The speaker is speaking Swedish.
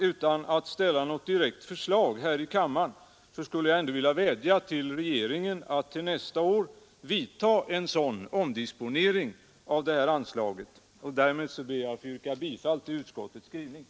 Utan att ställa något direkt förslag här i kammaren skulle jag ändå vilja vädja till regeringen att till nästa år vidta en sådan omdisponering av detta anslag, och därmed ber jag att få yrka bifall till utskottets hemställan.